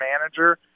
manager